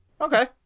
Okay